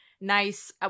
nice